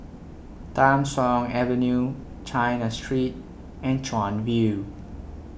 Tham Soong Avenue China Street and Chuan View